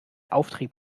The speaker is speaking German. auftrieb